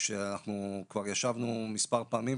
שאנחנו כבר ישבנו מספר פעמים,